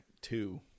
two